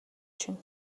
чинь